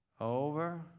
Over